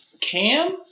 Cam